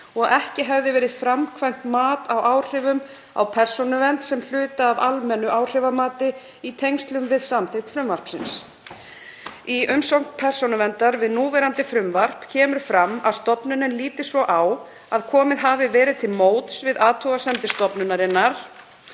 að ekki hefði verið framkvæmt mat á áhrifum á persónuvernd sem hluta af almennu áhrifamati í tengslum við samþykkt frumvarpsins. Í umsögn Persónuverndar við núverandi frumvarp kemur fram að stofnunin líti svo á að komið hafi verið til móts við athugasemdir stofnunarinnar